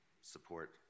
support